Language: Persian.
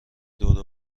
دور